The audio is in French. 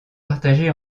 partagée